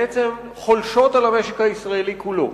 שחולשות על המשק הישראלי כולו,